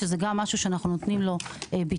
שזה גם נושא שאנחנו נותנים לו ביטוי.